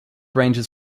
ranges